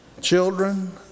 Children